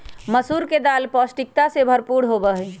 मसूर के दाल पौष्टिकता से भरपूर होबा हई